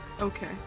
Okay